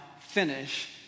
finish